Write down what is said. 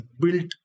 built